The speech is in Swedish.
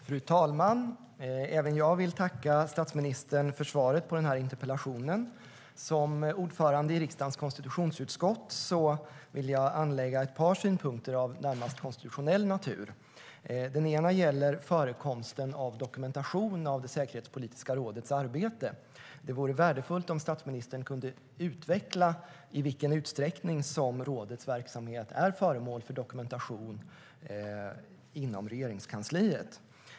Fru talman! Även jag vill tacka statsministern för svaret på den här interpellationen. Som ordförande i riksdagens konstitutionsutskott vill jag anlägga ett par synpunkter av närmast konstitutionell natur. Den ena gäller förekomsten av dokumentation av det säkerhetspolitiska rådets arbete. Det vore värdefullt om statsministern kunde utveckla i vilken utsträckning som rådets verksamhet är föremål för dokumentation inom Regeringskansliet.